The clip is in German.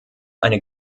eine